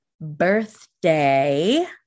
birthday